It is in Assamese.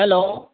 হেল্ল'